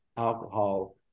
alcohol